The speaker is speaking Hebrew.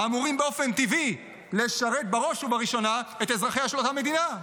האמורים באופן טבעי לשרת בראש ובראשונה את אזרחיה של אותה מדינה.